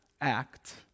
act